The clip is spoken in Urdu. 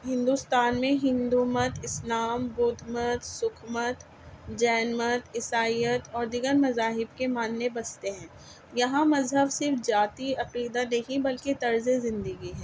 ہندوستان میں ہندو مت اسلام بدھ مت سکھ مت جین مت عیسائیت اور دیگر مذاہب کے ماننے بستے ہیں یہاں مذہب صرف ذاتی عقیدت نہیں بلکہ طرز زندگی ہے